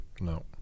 No